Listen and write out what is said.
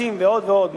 מסים ועוד ועוד,